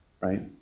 right